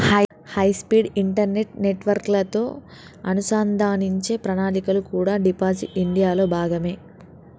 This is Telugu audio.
హైస్పీడ్ ఇంటర్నెట్ నెట్వర్క్లతో అనుసంధానించే ప్రణాళికలు కూడా డిజిటల్ ఇండియాలో భాగమే